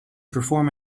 perform